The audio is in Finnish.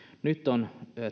nyt on